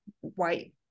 white